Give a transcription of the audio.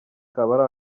kaba